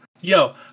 Yo